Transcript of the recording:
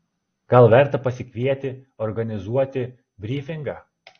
gal verta pasikvieti organizuoti bryfingą